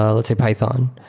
ah let's' say, python.